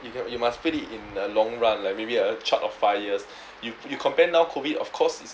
you cannot you must put it in a long run like maybe a chart of five years you you compare now COVID of course is